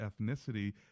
ethnicity